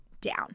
down